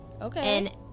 Okay